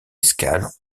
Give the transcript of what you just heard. escale